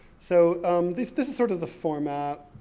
so this this is sort of the format.